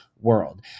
World